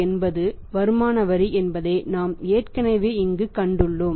1980 வருமான வரி என்பதை நாம் ஏற்கனவே இங்கு கணக்கிட்டுள்ளோம்